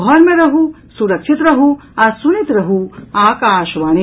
घर मे रहू सुरक्षित रहू आ सुनैत रहू आकाशवाणी